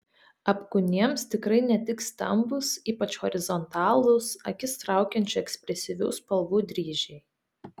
apkūniems tikrai netiks stambūs ypač horizontalūs akis traukiančių ekspresyvių spalvų dryžiai